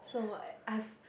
so what I I've